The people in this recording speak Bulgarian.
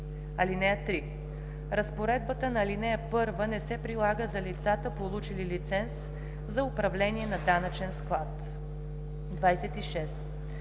ал. 3: „(3) Разпоредбата на ал. 1 не се прилага за лицата, получили лиценз за управление на данъчен склад.“ 26.